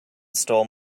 stole